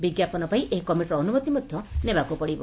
ବିଙ୍କାପନ ପାଇଁ ଏହି କମିଟିର ଅନୁମତି ମଧ ନେବାକୁ ପଡ଼ିବ